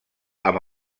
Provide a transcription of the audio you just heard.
amb